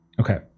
Okay